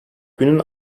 günün